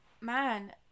man